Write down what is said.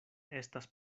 estas